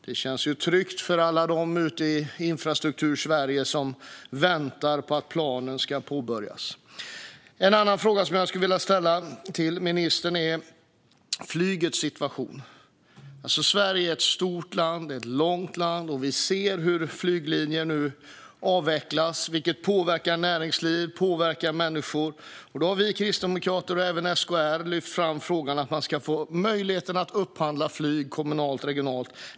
Det känns tryggt för alla ute i Infrastruktursverige som väntar på att planen ska påbörjas. En annan fråga jag vill ställa till ministern gäller flygets situation. Sverige är ett stort och långt land, och vi ser hur flyglinjer avvecklas. Näringsliv påverkas, och människor påverkas. Vi kristdemokrater och SKR har lyft fram frågan att man ska kunna upphandla flyg kommunalt och regionalt.